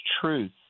truth